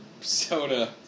soda